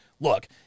Look